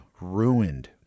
ruined